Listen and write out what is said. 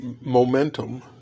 momentum